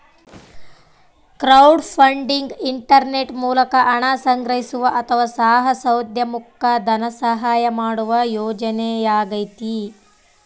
crowdfunding internet ಮೂಲಕ ಹಣ ಸಂಗ್ರಹಿಸುವ ಅಥವಾ ಸಾಹಸೋದ್ಯಮುಕ್ಕ ಧನಸಹಾಯ ಮಾಡುವ ಯೋಜನೆಯಾಗೈತಿ